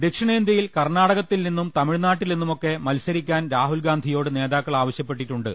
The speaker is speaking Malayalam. ദക്ഷിണേന്തൃയിൽ കർണാടകത്തിൽ നിന്നും തമിഴ്നാട്ടിൽ നിന്നുമൊക്കെ മത്സരി ക്കാൻ രാഹുൽഗാന്ധിയോട് നേതാക്കൾ ആവശ്യപ്പെട്ടിട്ടുണ്ട്